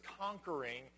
conquering